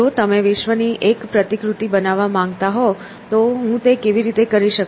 જો તમે વિશ્વની એક પ્રતિકૃતિ બનાવવા માંગતા હો તો હું તે કેવી રીતે કરી શકું